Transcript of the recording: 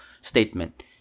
statement